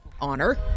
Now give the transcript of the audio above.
honor